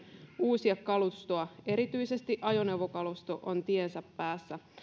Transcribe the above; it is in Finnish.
uusia kalustoa erityisesti ajoneuvokalusto on tiensä päässä